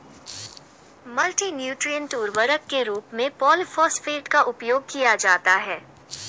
multi nutrient उर्वरक के रूप में पॉलिफॉस्फेट का उपयोग किया जाता है